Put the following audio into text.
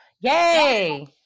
Yay